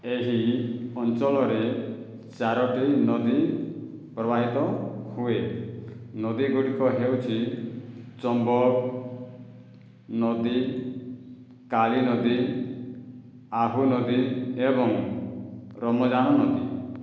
ଏହି ଅଞ୍ଚଳରେ ଚାରୋଟି ନଦୀ ପ୍ରବାହିତ ହୁଏ ନଦୀଗୁଡ଼ିକ ହେଉଛି ଚମ୍ବଲ ନଦୀ କାଳୀ ନଦୀ ଆହୁ ନଦୀ ଏବଂ ରମଜାନ ନଦୀ